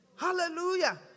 Hallelujah